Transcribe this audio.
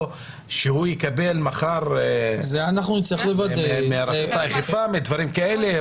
את זה שהוא מחר יקבל דואר מרשות האכיפה ומגופים כאלה.